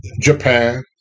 Japan